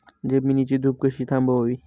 जमिनीची धूप कशी थांबवावी?